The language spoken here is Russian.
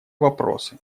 вопросы